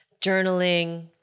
journaling